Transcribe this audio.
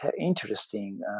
interesting